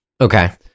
okay